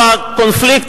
איפה הקונפליקט,